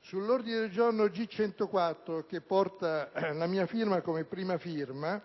Sull'ordine del giorno G104, di cui sono primo firmatario,